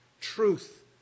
Truth